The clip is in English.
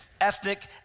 ethnic